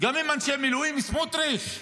גם עם אנשי מילואים, סמוטריץ',